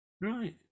Right